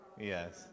Yes